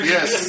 Yes